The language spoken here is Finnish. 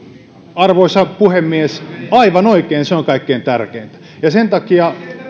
arvoisa puhemies aivan oikein se on kaikkein tärkeintä ja sen takia